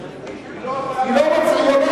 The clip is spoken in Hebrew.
היא לא יכולה,